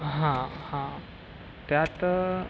हां हां त्यात